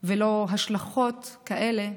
ויש לו השלכות כאלה,